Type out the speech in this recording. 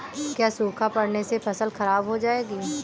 क्या सूखा पड़ने से फसल खराब हो जाएगी?